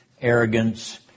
arrogance